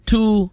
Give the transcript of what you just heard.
Two